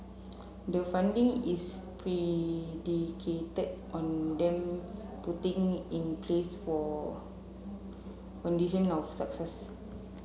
the funding is predicated on them putting in place for condition of success